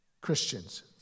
Christians